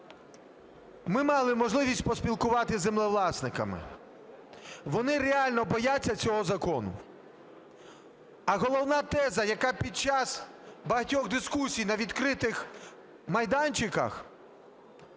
Ми мали можливість поспілкуватись із землевласниками. Вони реально бояться цього закону. А головна теза, яка під час багатьох дискусій на відкритих майданчиках,